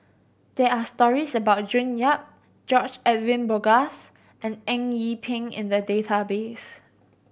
there are stories about June Yap George Edwin Bogaars and Eng Yee Peng in the database